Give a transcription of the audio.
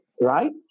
right